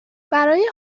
برای